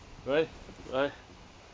right right